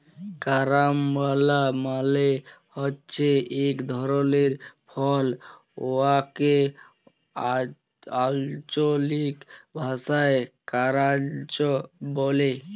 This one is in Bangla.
কারাম্বলা মালে হছে ইক ধরলের ফল উয়াকে আল্চলিক ভাষায় কারান্চ ব্যলে